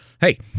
Hey